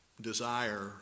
desire